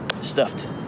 stuffed